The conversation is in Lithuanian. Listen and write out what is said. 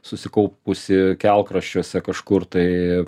susikaupusį kelkraščiuose kažkur tai